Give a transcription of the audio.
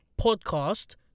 podcast